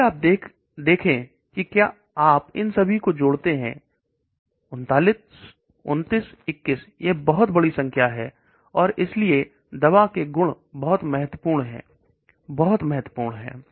इसलिए आप देखेंगे कि क्या आप इन सभी को जोड़ते हैं 39 29 21 यह बहुत बड़ी संख्या है और इसलिए दवा के गुण बहुत महत्वपूर्ण है बहुत महत्वपूर्ण है